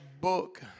book